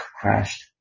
Crashed